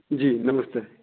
जी नमस्ते